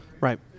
Right